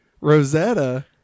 Rosetta